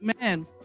Man